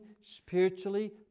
spiritually